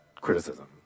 criticism